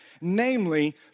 namely